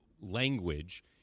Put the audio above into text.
language